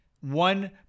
one